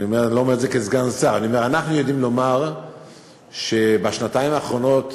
אני לא אומר את זה כסגן שר, שבשנתיים האחרונות,